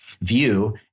view